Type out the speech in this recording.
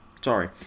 sorry